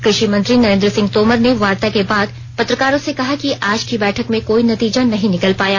कृषि मंत्री नरेन्द्र सिंह तोमर ने वार्ता के बाद पत्रकारों से कहा कि आज की बैठक में कोई नतीजा नहीं निकल पाया